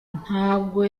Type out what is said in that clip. ntabwo